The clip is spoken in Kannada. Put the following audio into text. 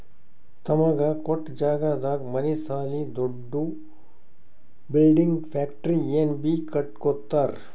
ತಮಗ ಕೊಟ್ಟ್ ಜಾಗದಾಗ್ ಮನಿ ಸಾಲಿ ದೊಡ್ದು ಬಿಲ್ಡಿಂಗ್ ಫ್ಯಾಕ್ಟರಿ ಏನ್ ಬೀ ಕಟ್ಟಕೊತ್ತರ್